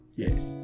yes